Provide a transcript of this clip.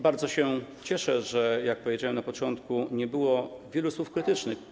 Bardzo się cieszę, że - jak powiedziałem na początku - nie było wielu słów krytycznych.